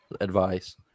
advice